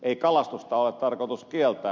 ei kalastusta ole tarkoitus kieltää